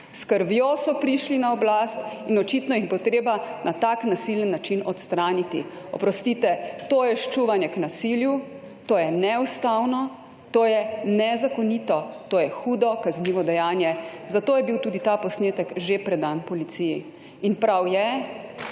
krvjo so prišli na oblast in očitno jih bo treba na tak nasilen način odstraniti«. Oprostite, to je ščuvanje k nasilju. To je neustavno. To je nezakonito. To je hudo kaznivo dejanje. Zato je bil tudi ta posnetek že predan policiji. In prav je,